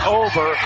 over